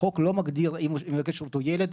אם מבקש השירות הוא ילד,